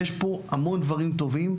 יש פה המון דברים טובים,